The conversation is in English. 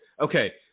okay